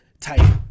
type